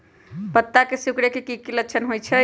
पत्ता के सिकुड़े के की लक्षण होइ छइ?